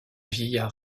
vieillard